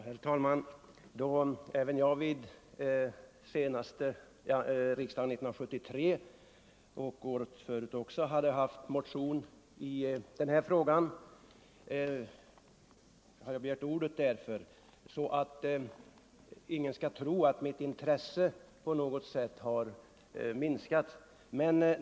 Herr talman! Då jag vid riksdagen 1973 och även året dessförinnan motionerat i den här frågan har jag nu begärt ordet för att ingen skall tro att mitt intresse på något sätt har minskat.